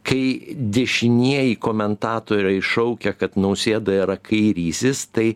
kai dešinieji komentatoriai šaukia kad nausėda yra kairysis tai